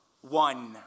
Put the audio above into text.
one